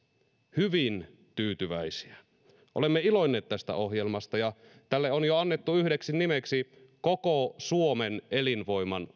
hyvin tyytyväisiä olemme iloinneet tästä ohjelmasta ja tälle on jo annettu yhdeksi nimeksi koko suomen elinvoiman